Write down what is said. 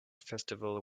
festival